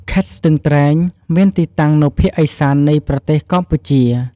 ខេត្តស្ទឹងត្រែង មានទីតាំងនៅភាគឦសាននៃប្រទេសកម្ពុជា។